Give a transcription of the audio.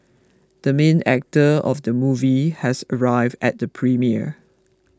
the main actor of the movie has arrived at the premiere